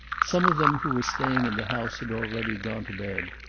some of them who were staying in the house had already gone to bed,